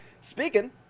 Speaking